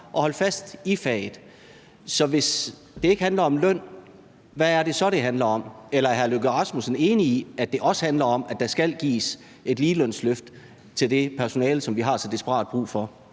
og fastholde. Så hvis det ikke handler om løn, hvad er det så, det handler om? Eller er hr. Lars Løkke Rasmussen enig i, at det også handler om, at der skal gives et ligelønsløft til det personale, som vi har så desperat brug for?